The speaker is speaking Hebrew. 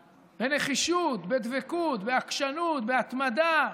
בנחישות, בדבקות, בעקשנות, בהתמדה,